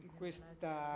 questa